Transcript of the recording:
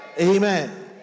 Amen